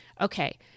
Okay